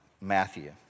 Matthew